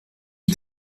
que